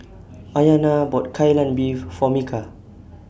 Ayana bought Kai Lan Beef For Micah